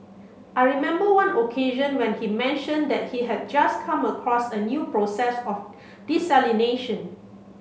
I remember one occasion when he mentioned that he had just come across a new process of desalination